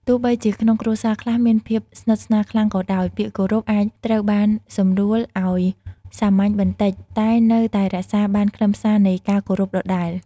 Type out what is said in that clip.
ទោះបីជាក្នុងគ្រួសារខ្លះមានភាពស្និទ្ធស្នាលខ្លាំងក៏ដោយ ពាក្យគោរពអាចត្រូវបានសម្រួលឱ្យសាមញ្ញបន្តិច តែនៅតែរក្សាបានខ្លឹមសារនៃការគោរពដដែល។